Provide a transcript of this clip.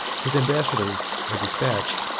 his ambassadors are despatched,